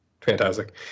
fantastic